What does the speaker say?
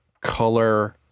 color